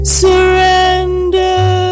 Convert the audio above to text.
surrender